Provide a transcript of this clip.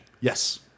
Yes